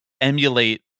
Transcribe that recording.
emulate